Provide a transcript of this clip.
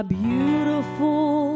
beautiful